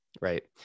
right